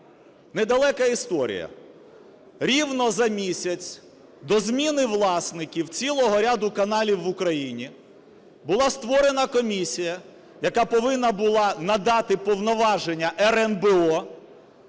Не далека історія. Рівно за місяць до зміни власників цілого ряду каналів в Україні була створена комісія, яка повинна була надати повноваження РНБО,